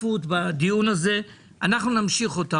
ההשתתפות בדיון הזה, ואנחנו נמשיך אותו.